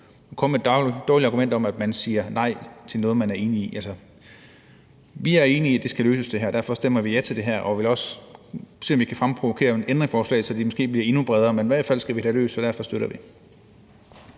man kommer med dårlige argumenter, i forhold til at man siger nej til noget, man er enig i. Vi er enige i, at det her skal løses, og derfor stemmer vi ja til det her, og vi vil også se, om vi kan fremprovokere et ændringsforslag, så det måske bliver endnu bredere. Men i hvert fald skal vi have det løst, og derfor støtter vi